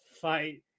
fight